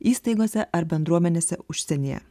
įstaigose ar bendruomenėse užsienyje